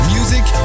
Music